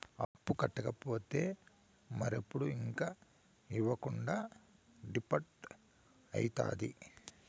అప్పు కట్టకపోతే మరెప్పుడు ఇంక ఇవ్వకుండా డీపాల్ట్అయితాది